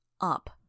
up